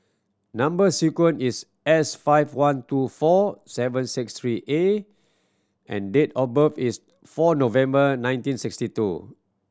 number sequence is S five one two four seven six three A and date of birth is four November nineteen sixty two